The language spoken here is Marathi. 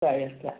चालेल चालेल